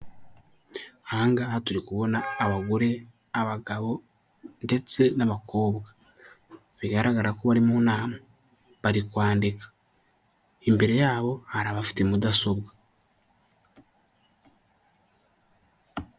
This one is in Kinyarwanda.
Ahangaha turi kubona abagore, abagabo ndetse n'abakobwa bigaragara ko bari mu nama bari kwandika, imbere y'abo hari abafite mudasobwa.